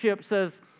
says